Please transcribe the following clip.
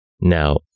Now